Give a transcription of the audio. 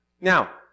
Now